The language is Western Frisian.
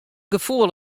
gefoel